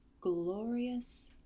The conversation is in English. glorious